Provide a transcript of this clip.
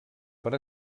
per